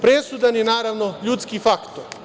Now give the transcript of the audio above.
Presudan je naravno ljudski faktor.